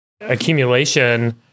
accumulation